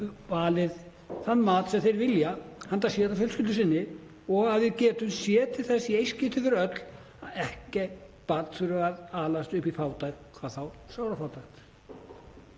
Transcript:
valið þann mat sem þeir vilja handa sér og fjölskyldu sinni og að við getum séð til þess í eitt skipti fyrir öll að ekkert barn þurfi að alast upp í fátækt, hvað þá sárafátækt.